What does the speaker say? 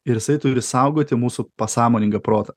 ir jisai turi saugoti mūsų pasąmoningą protą